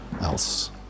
else